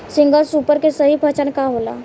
Single super के सही पहचान का होला?